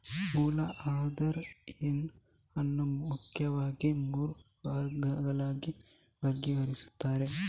ಮೂಲ ಆಧಾರ ಇಟ್ಟು ಅಕ್ವಾಕಲ್ಚರ್ ಅನ್ನು ಮುಖ್ಯವಾಗಿ ಮೂರು ವರ್ಗಗಳಾಗಿ ವರ್ಗೀಕರಿಸ್ತಾರೆ